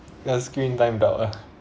your screen time dock uh